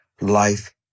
life